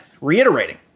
reiterating